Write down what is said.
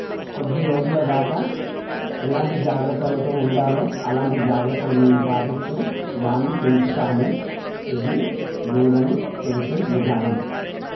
కొద్ది రోజుల దాకా ఎలాంటి జాగ్రత్తలతో ఉండాలో అలాంటి జాగ్రత్తలు మేము పాటిస్తూ దాన్ని పెంచుతాము ఇది దూడను పెంచే విధానం